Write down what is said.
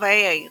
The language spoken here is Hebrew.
רובעי העיר